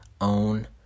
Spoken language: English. own